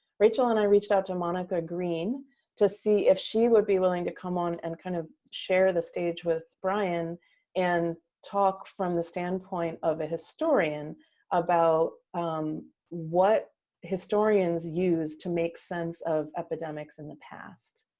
rachel and i reached out to monica green to see if she would be willing to come on and kind of share the stage with brian and talk from the standpoint of a historian about what historians use to make sense of epidemics in the past.